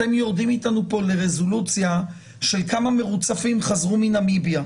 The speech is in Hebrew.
אתם יורדים אתנו כאן לרזולוציה של כמה מרוצפים חזרו מנמיביה.